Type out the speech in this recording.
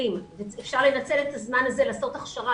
אפשר לנצל את הזמן הזה ולעשות הכשרה.